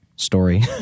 Story